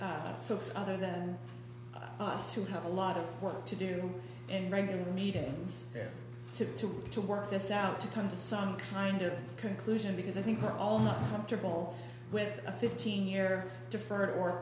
folks other than us who have a lot of work to do and regular meetings to to to work this out to come to some kind of conclusion because i think we're all not comfortable with a fifteen year deferred or